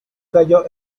cayó